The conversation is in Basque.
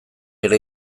ere